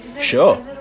Sure